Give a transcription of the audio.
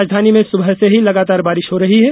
राजधानी में सुबह से ही लगातार बारिश हो रही है